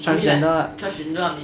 transgender lah